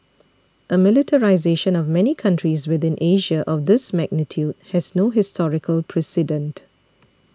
a militarisation of many countries within Asia of this magnitude has no historical precedent